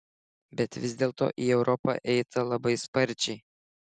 bet vis dėlto į europą eita labai sparčiai